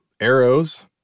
Arrows